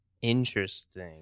Interesting